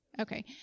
Okay